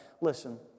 listen